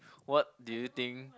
what do you think